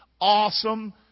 awesome